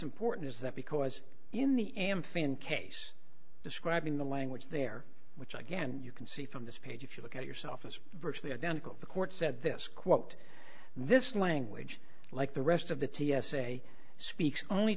important is that because in the amphibian case describing the language there which again you can see from this page if you look at yourself it's virtually identical the court said this quote this language like the rest of the t s a speaks only